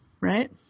right